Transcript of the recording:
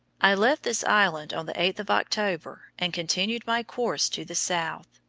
i left this island on the eighth of october and continued my course to the south.